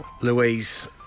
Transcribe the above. Louise